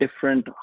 different